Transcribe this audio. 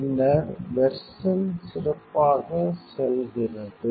பின்னர் வெர்சன் சிறப்பாக செல்கிறது